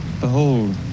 Behold